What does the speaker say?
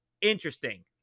interesting